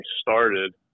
started